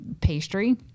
pastry